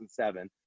2007